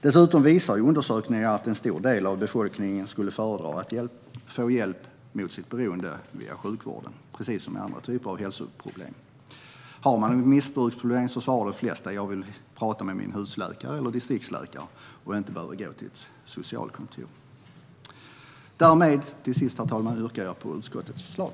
Dessutom visar undersökningar att en stor del av befolkningen skulle föredra att få hjälp mot sitt beroende via sjukvården, precis som vid andra typer av hälsoproblem. De flesta som har ett missbruksproblem säger: Jag vill prata med min husläkare eller distriktsläkare och inte behöva gå till ett socialkontor. Till sist, herr talman, yrkar jag bifall till utskottets förslag.